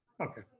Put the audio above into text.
Okay